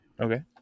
Okay